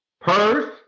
purse